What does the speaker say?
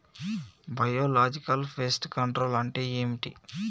Biological pest control అంటే ఏమిటి?